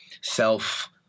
self –